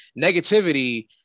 Negativity